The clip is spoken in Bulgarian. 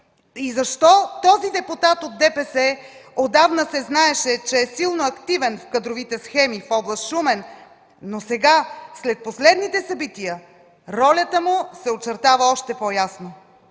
Хамид? Този депутат от ДПС отдавна се знаеше, че е силно активен в кадровите схеми в област Шумен, но сега, след последните събития, ролята му се очертава още по-ясно.